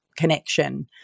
connection